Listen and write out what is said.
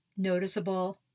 noticeable